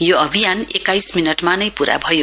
यो अभियान एक्काइस मिनटमा नै पूरा भयो